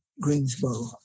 Greensboro